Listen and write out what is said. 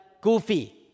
goofy